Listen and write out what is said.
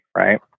right